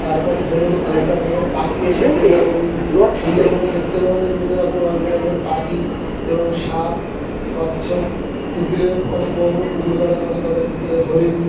তারপরে ধরুন অনেক রকমের পাখিও এসেছে যেমন সুন্দরবনে দেখতে পাওয়া যায় বিভিন্ন রকম রঙ বেরঙের পাখি এবং সাপ কচ্ছপ পুকুরে অনেক বড়ো বড়ো পুকুর কাটানো আছে তাদের ভিতরে হরিণ